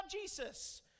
Jesus